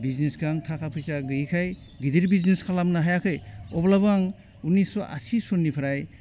बिजनेसखौ आं थाखा फैसा गैयैखाय गिदिर बिजनेस खालामनो हायाखै अब्लाबो आं उननिस्स' आसि सननिफ्राय